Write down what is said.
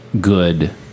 good